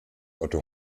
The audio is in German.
otto